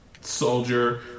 soldier